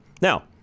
Now